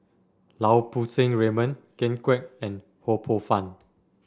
Lau Poo Seng Raymond Ken Kwek and Ho Poh Fun